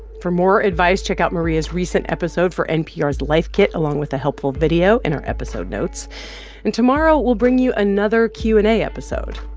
for more advice, check out maria's recent episode for npr's life kit, along with a helpful video in our episode notes and tomorrow, we'll bring you another q and a episode,